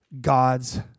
God's